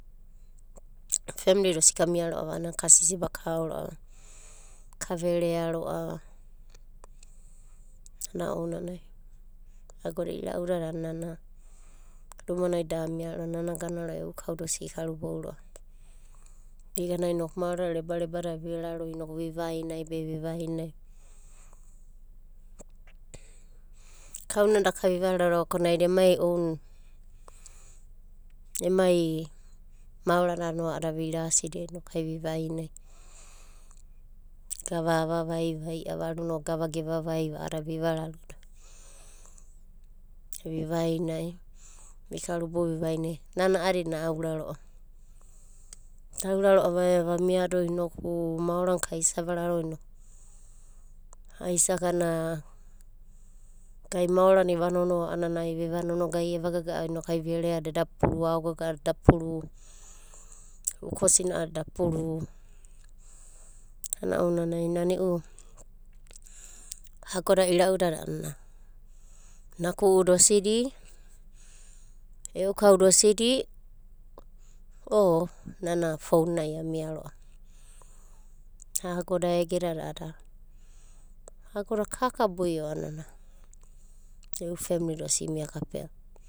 Femli da osidi kamia ro'ava a'ana ka sisiba kao ro'ava ka verea ro'ava, ana ounanai agoda ira'udada a'anana nana rumanai da amia ro'ava. Nana agana ro'ava e'u kauda osidi ikarubou ro'ava. Vigana inoku maorada rebareba dada vivararo inoku vi vainai. Kauna daka vivararoa ko naida emai oun, emai maorada no a'ada virasidia inokai vi vainai. Gava avavai va i'avaruna o gava gevavaiva a'adada vivararoada vi vainai. Vikarubou vi vainai, nana a'adina aura ro'a daura ro'a vamiado inoku maora na ka isa vararoa ai isa gana gai maorana eva nonoava a'anai veva nonoa, gai eva gaga'ava a'anai veva gaga'a inokai verea da eda puru, aogaga'ada eda puru uko sina'ada eda puru. Ana ounanai nana e'u ago da ira'udada a'ana naku'uda osidi, e'u kauda osidi o nana founai amia ro'ava. Agoda egedada agoda kaka boio no e'u femli da osidi imia kapea ro'ava.